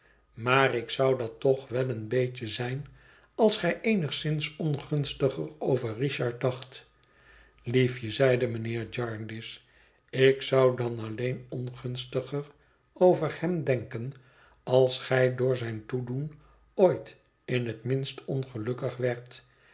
maar ik zou dat toch wel een beetje zijn als gij eenigszins ongunstiger over richard dacht liefje zeide mijnheer jarndyce ik zou dan alleen ongunstiger over hem denken als gij door zijn toedoen ooit in het minst ongelukkig werdt